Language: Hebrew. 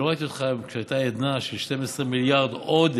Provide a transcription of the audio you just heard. ולא ראיתי אותך כשהייתה עדנה של 12 מיליארד עודף,